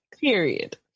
Period